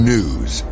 News